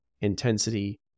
intensity